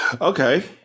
Okay